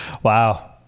wow